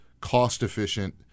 cost-efficient